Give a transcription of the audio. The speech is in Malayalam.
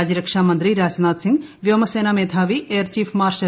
രാജ്യരക്ഷാ മന്ത്രി രാജ്നാഥ് സിംഗ് വ്യോമസ്സേന്റാ മേധാവി എയർ ചീഫ് മാർഷൽ ആർ